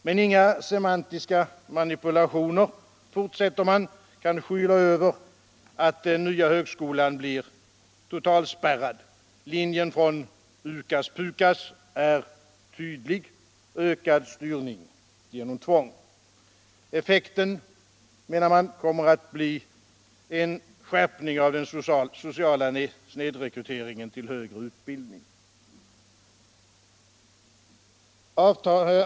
Men inga semantiska manipulationer, fortsätter man, kan skyla över att den nya högskolan blir totalspärrad. Linjen från UKAS-PUKAS är tvdlig: ökad styrning genom tvång. Effekten kommer att bli en skärpning av den sociala snedrekryteringen till högre utbildning.